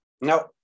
No